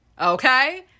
Okay